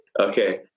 Okay